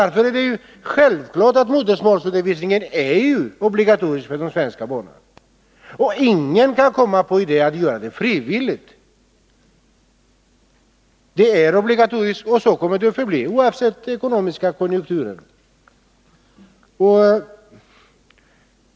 Därför är det självklart att modersmålsundervisningen är obligatorisk för de svenska barnen. Ingen kan komma på idén att göra den frivillig. Den är obligatorisk, och så kommer den att förbli oavsett den ekonomiska konjunkturen.